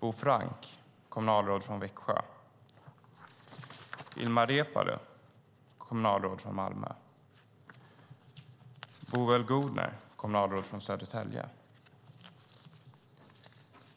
Bo Frank, kommunalråd i Växjö, Ilmar Reepalu, kommunalråd i Malmö, Boel Godner, kommunalråd i Södertälje,